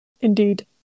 Indeed